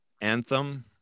anthem